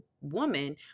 woman